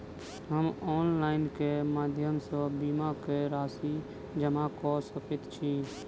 हम ऑनलाइन केँ माध्यम सँ बीमा केँ राशि जमा कऽ सकैत छी?